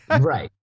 Right